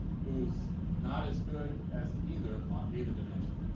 who's not as good as either on either dimension.